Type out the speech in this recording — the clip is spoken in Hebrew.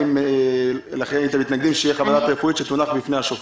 האם אתם מתנגדים שתהיה חוות דעת רפואית שתונח בפני השופט.